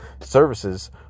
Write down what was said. services